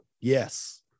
Yes